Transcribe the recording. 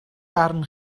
barn